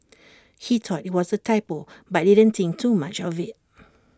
he thought IT was A typo but didn't think too much of IT